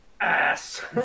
ass